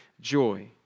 joy